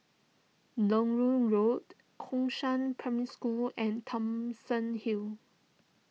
Larut Road Gongshang Primary School and Thomson Hill